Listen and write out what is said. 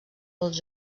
dels